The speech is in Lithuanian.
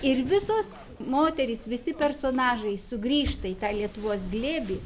ir visos moterys visi personažai sugrįžta į tą lietuvos glėbį